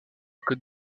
côte